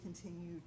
continue